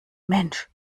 mensch